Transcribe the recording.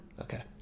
Okay